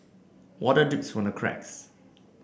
water drips from the cracks